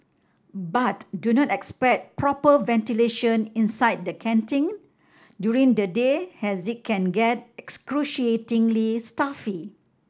but do not expect proper ventilation inside the canteen during the day as it can get excruciatingly stuffy